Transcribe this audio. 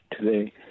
today